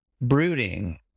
brooding